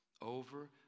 over